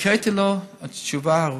הקראתי לו תשובה ארוכה.